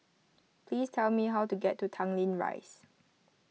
please tell me how to get to Tanglin Rise